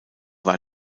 war